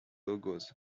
logos